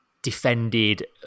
defended